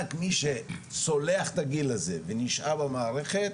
רק מי שצולח את הגיל הזה, ונשאר במערכת,